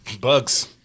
Bugs